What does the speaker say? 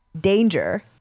danger